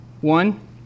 One